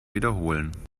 wiederholen